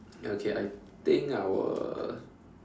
okay I think I will